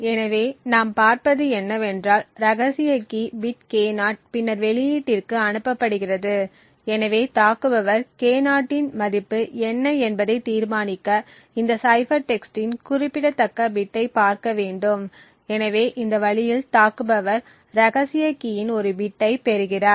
எனவே நாம் பார்ப்பது என்னவென்றால் ரகசிய கீ பிட் K0 பின்னர் வெளியீட்டிற்கு அனுப்பப்படுகிறது எனவே தாக்குபவர் K0 இன் மதிப்பு என்ன என்பதை தீர்மானிக்க இந்த சைபர் டெக்ஸ்டின் குறிப்பிடத்தக்க பிட்டை பார்க்க வேண்டும் எனவே இந்த வழியில் தாக்குபவர் ரகசிய கீயின் ஒரு பிட்டை பெறுகிறார்